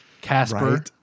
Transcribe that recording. Casper